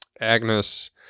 Agnes